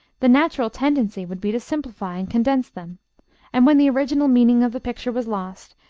the natural tendency would be to simplify and condense them and when the original meaning of the picture was lost,